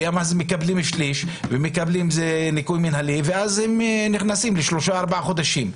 מקבלים שליש ומקבלים ניכוי מנהלי ואז הם נכנסים ל-3-4 חודשים.